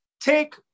take